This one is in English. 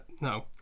no